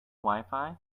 wifi